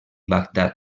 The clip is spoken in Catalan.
bagdad